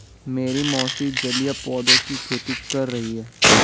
मेरी मौसी जलीय पौधों की खेती कर रही हैं